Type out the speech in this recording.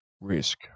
risk